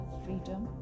freedom